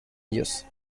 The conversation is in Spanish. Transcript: ellos